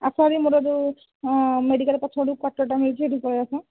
ଆ ପରେ ଯେଉଁ ମୋର ମେଡ଼ିକାଲ ପଛ ପଟକୁ କ୍ୱାର୍ଟରଟା ହୋଇଛି ସେହିଠିକି ପଳାଇ ଆସୁନ